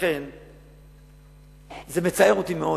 ולכן זה מצער אותי מאוד,